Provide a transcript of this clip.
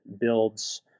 builds